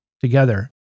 together